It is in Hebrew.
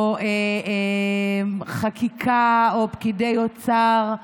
או חקיקה, או פקידי אוצר,